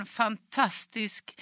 fantastisk